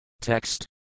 Text